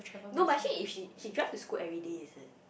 no but actually if she she drives to school everyday is it